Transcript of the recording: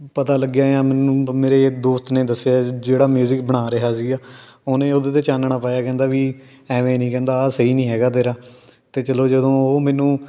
ਪਤਾ ਲੱਗਿਆ ਆ ਮੈਨੂੰ ਮ ਮੇਰੇ ਦੋਸਤ ਨੇ ਦੱਸਿਆ ਜਿਹੜਾ ਮਿਊਜ਼ਿਕ ਬਣਾ ਰਿਹਾ ਸੀਗਾ ਉਹਨੇ ਉਹਦੇ 'ਤੇ ਚਾਨਣਾ ਪਾਇਆ ਕਹਿੰਦਾ ਵੀ ਐਵੇਂ ਨਹੀਂ ਕਹਿੰਦਾ ਆਹ ਸਹੀ ਨਹੀਂ ਹੈਗਾ ਤੇਰਾ ਅਤੇ ਚਲੋ ਜਦੋਂ ਉਹ ਮੈਨੂੰ